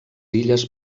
illes